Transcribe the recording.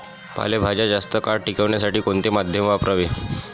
पालेभाज्या जास्त काळ टिकवण्यासाठी कोणते माध्यम वापरावे?